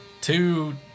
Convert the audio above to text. Two